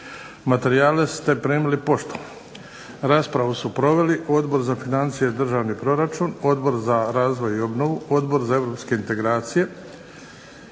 Materijale ste primili poštom. Raspravu su proveli Odbor za financije i državni proračun, Odbor za razvoj i obnovu, Odbor za europske integracije.